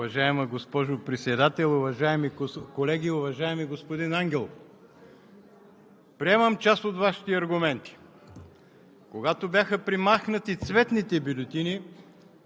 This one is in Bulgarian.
Уважаема госпожо Председател, уважаеми колеги! Уважаеми господин Ангелов, приемам част от Вашите аргументи. Когато бяха премахнати цветните бюлетини,